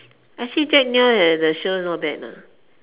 I see Jack Neo the the shows not bad leh